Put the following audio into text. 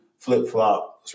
flip-flop